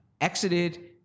exited